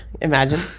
Imagine